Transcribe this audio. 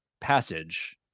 passage